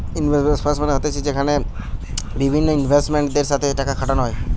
investment fund মানে হতিছে যেখানে বিভিন্ন ইনভেস্টরদের সাথে টাকা খাটানো হয়